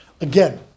Again